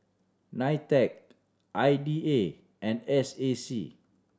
NITEC I D A and S A C